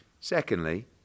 secondly